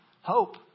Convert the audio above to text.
Hope